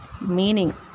meaning